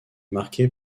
marqué